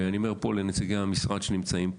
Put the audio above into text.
אני אומר לנציגי המשרד שנמצאים פה.